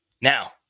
Now